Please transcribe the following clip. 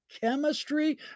chemistry